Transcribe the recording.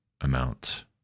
amount